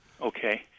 Okay